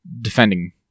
defending